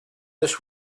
this